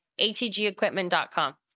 atgequipment.com